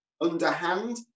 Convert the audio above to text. underhand